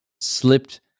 slipped